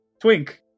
Twink